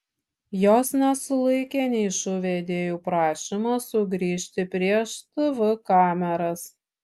jos nesulaikė nei šou vedėjų prašymas sugrįžti prieš tv kameras